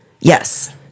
Yes